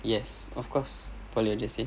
yes of course poly and J_C